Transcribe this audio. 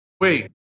wait